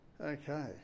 Okay